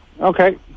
Okay